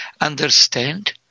understand